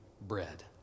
bread